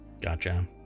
Gotcha